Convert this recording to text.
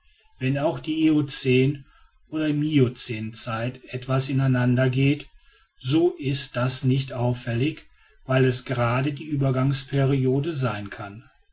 wenn auch die eocän oder miocänzeit etwas ineinander geht so ist das nicht auffällig weil es gerade die übergangsperiode sein kann